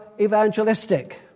evangelistic